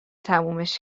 تمومش